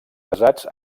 basats